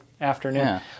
afternoon